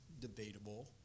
debatable